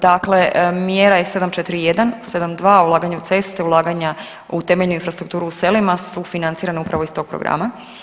Dakle, mjera je 741 72 ulaganje u ceste, ulaganja u temeljnu infrastrukturu u selima sufinanciranu upravo iz tog programa.